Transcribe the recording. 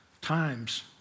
times